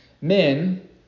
men